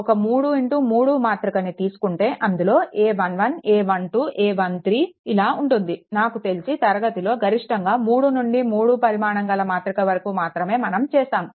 ఒక 3 3 మాతృక ని తీసుకుంటే అందులో a11 a12 a13 ఇలా ఉంటుంది నాకు తెలిసి తరగతిలో గరిష్టంగా 3 నుండి 3 పరిమాణం గల మాతృక వరకు మాత్రమే మనం చేస్తాము